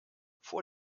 vor